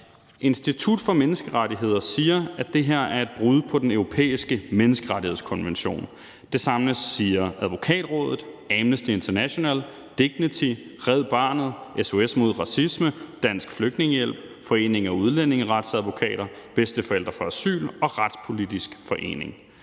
Institut for Menneskerettigheder siger, at det her er et brud på Den Europæiske Menneskerettighedskonvention. Det samme siger Advokatrådet, Amnesty International, DIGNITY, Red Barnet, SOS mod Racisme, Dansk Flygtningehjælp, Foreningen af Udlændingeretsadvokater, Bedsteforældre for Asyl og Retspolitisk Forening.